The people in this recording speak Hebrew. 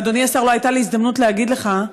אדוני השר, לא הייתה לי הזדמנות להגיד לך,